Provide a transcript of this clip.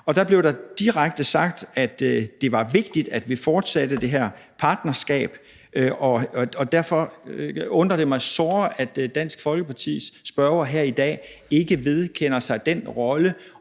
Der blev der direkte sagt, at det var vigtigt, at vi fortsatte det her partnerskab. Derfor undrer det mig såre, at Dansk Folkepartis spørger her i dag ikke vedkender sig den rolle